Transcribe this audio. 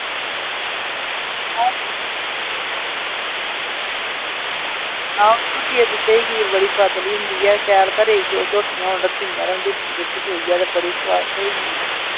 आं झोटियै दे दुद्धै दी खीर बड़ी सोआदली होंदी ऐ शैल घरै दियां रक्खी दियां होन झोटियां ते शैल उनेंगी चोइयै शैल बनदी उंदे दुद्धै दी खीर